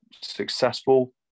successful